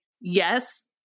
yes